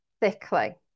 thickly